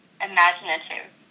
imaginative